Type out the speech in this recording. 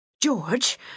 George